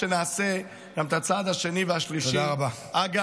נכון מאוד.